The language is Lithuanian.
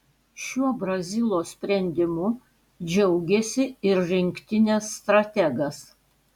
šiuo brazilo sprendimu džiaugėsi ir rinktinės strategas